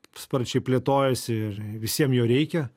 sparčiai plėtojosi ir visiem jo reikia